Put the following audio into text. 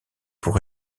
pour